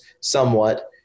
somewhat